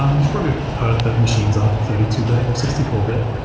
um you've probably that machines are thirty two bit or sixty four bit.